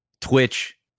Twitch